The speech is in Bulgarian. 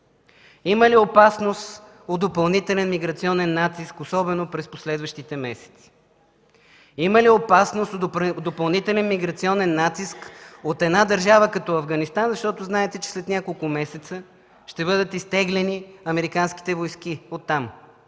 има ли опасност от допълнителен миграционен натиск особено през последващите месеци? Има ли опасност от допълнителен миграционен натиск от една държава като Афганистан, защото, знаете, че след няколко месеца оттам ще бъдат изтеглени американските войски – има